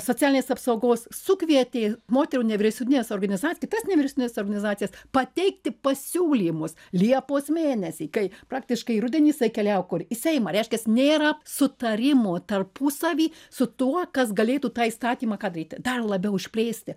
socialinės apsaugos sukvietė moterų nevyriausybines organizac kitas nevyriausines organizacijas pateikti pasiūlymus liepos mėnesį kai praktiškai rudenį isai keliavo kur į seimą reiškias nėra sutarimo tarpusavy su tuo kas galėtų tą įstatymą ką daryt dar labiau išplėsti